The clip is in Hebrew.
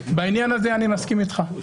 בעניין הזה אני מסכים איתך.